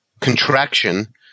contraction